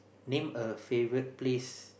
name a favourite place